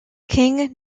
king